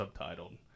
subtitled